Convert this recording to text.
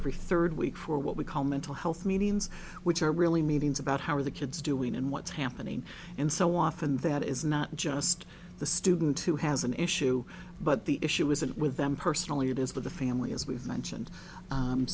every third week for or what we call mental health meetings which are really meetings about how are the kids doing and what's happening and so often that is not just the student who has an issue but the issue isn't with them personally it is with the family as we've mentioned